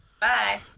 Bye